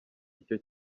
icyo